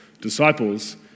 disciples